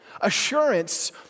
assurance